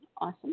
awesome